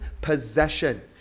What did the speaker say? possession